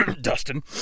Dustin